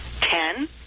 Ten